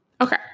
Okay